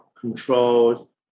controls